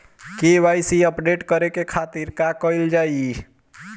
KYC update करे के खातिर का कइल जाइ?